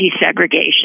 desegregation